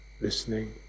listening